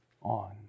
on